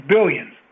Billions